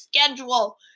schedule